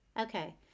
Okay